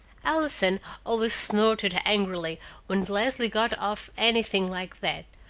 allison always snorted angrily when leslie got off anything like that,